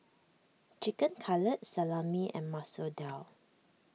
Chicken Cutlet Salami and Masoor Dal